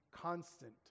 constant